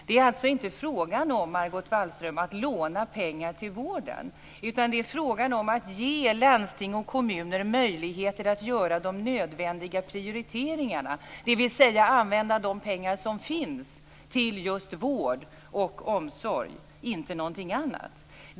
Det är alltså inte, Margot Wallström, fråga om att låna pengar till vården, utan det är fråga om att ge landsting och kommuner möjligheter att göra de nödvändiga prioriteringarna, dvs. att använda de pengar som finns till just vård och omsorg och inte någonting annat.